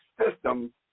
system